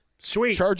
Sweet